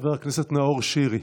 חבר הכנסת נאור שירי.